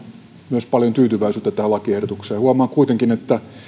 myös paljon tyytyväisyyttä huomaan kuitenkin että